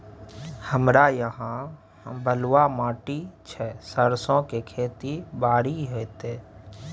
हमरा यहाँ बलूआ माटी छै सरसो के खेती बारी होते?